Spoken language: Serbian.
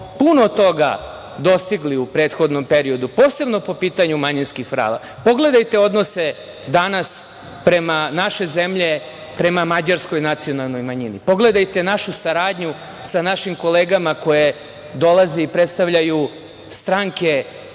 puno toga dostigli u prethodnom periodu, posebno po pitanju manjinskih prava. Pogledajte danas odnose naše zemlje prema mađarskoj nacionalnoj manjini. Pogledajte našu saradnju sa našim kolegama koje dolaze i predstavljaju stranke